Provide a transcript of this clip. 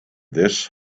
this